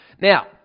Now